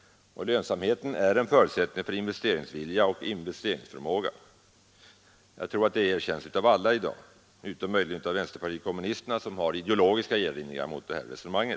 Och lönsamhet är en förutsättning för investeringsvilja och investeringsförmåga. Jag tror att det erkänns av alla i dag utom möjligen av vänsterpartiet kommunisterna, som har ideologiska invändningar mot detta resonemang.